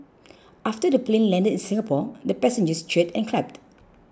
after the plane landed in Singapore the passengers cheered and clapped